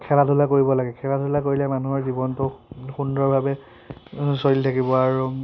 খেলা ধূলা কৰিব লাগে খেলা ধূলা কৰিলে মানুহৰ জীৱনটো সুন্দৰভাৱে চলি থাকিব আৰু